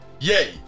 yay